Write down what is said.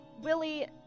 willie